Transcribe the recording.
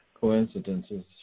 coincidences